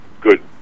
good